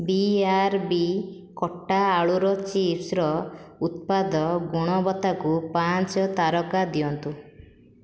ବି R B କଟା ଆଳୁର ଚିପ୍ସର ଉତ୍ପାଦ ଗୁଣବତ୍ତାକୁ ପାଞ୍ଚ ତାରକା ଦିଅନ୍ତୁ